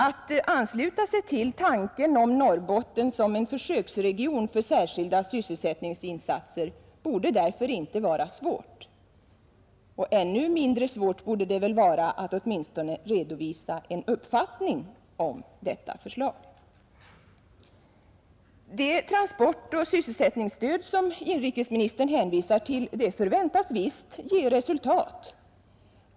Att ansluta sig till tanken om Norrbotten som en försöksregion för särskilda sysselsättningsinsatser borde därför inte vara svårt, och ännu mindre svårt borde det väl vara att åtminstone redovisa en uppfattning om detta förslag. Det transportoch sysselsättningsstöd som inrikesministern hänvisar till förväntas visst ge resultat.